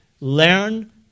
Learn